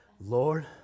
Lord